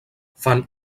fan